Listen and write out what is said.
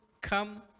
come